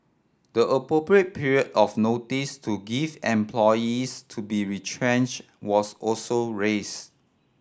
the appropriate period of notice to give employees to be retrenched was also raised